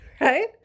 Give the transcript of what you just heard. right